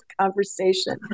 conversation